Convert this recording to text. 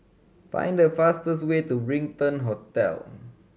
find the fastest way to Brighton Hotel